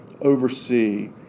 oversee